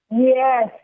yes